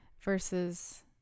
versus